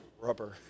rubber